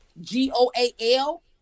G-O-A-L